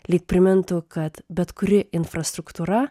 lyg primintų kad bet kuri infrastruktūra